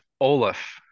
Olaf